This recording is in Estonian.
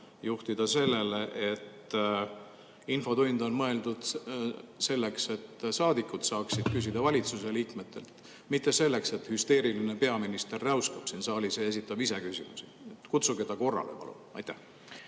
juhtida sellele, et infotund on mõeldud selleks, et saadikud saaksid valitsuse liikmetelt küsida, mitte selleks, et hüsteeriline peaminister räuskaks siin saalis ja esitaks ise küsimusi. Kutsuge ta korrale, palun! Aitäh!